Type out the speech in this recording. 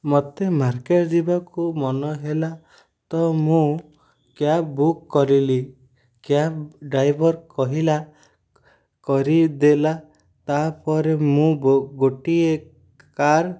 ମୋତେ ମାର୍କେଟ୍ ଯିବାକୁ ମନ ହେଲା ତ ମୁଁ କ୍ୟାବ୍ ବୁକ୍ କରିଲି କ୍ୟାବ୍ ଡ୍ରାଇଭର୍ କହିଲା କରିଦେଲା ତା'ପରେ ମୁଁ ଗୋଟିଏ କାର୍